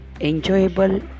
enjoyable